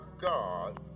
God